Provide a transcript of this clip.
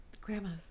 grandmas